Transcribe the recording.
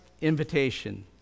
invitation